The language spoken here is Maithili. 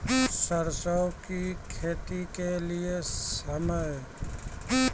सरसों की खेती के लिए समय?